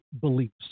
beliefs